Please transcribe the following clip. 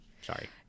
sorry